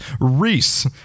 Reese